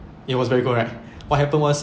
it was very good right what happen was